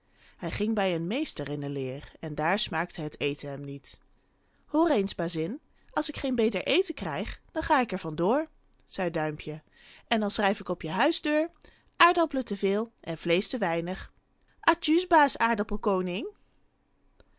hij ging bij een meester in de leer maar daar smaakte het eten hem niet hoor eens bazin als ik geen beter eten krijg dan ga ik er van door zei duimpje en dan schrijf ik op je huisdeur aardappelen te veel en vleesch te weinig